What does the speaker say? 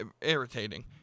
irritating